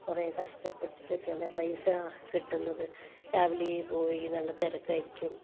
കുറേ കഷ്ടപ്പെട്ടിട്ടൊക്കെയല്ലേ പൈസ കിട്ടുന്നത് രാവിലെ പോയി നല്ല തിരക്കായിരിക്കും